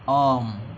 ஆம்